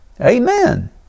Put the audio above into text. Amen